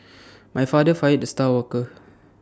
my father fired the star worker